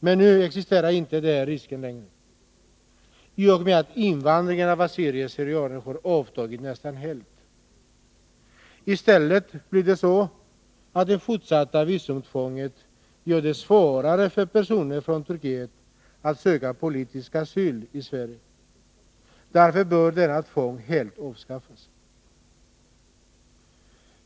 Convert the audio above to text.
Men nu existerar inte den risken längre i och med att invandringen av assyrier/syrianer har avtagit och nästan helt upphört. I stället blir det så att det fortsatta visumtvånget gör det svårare för personer från Turkiet att söka politisk asyl i Sverige. Därför bör detta tvång helt avskaffas.